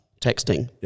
texting